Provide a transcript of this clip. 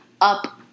up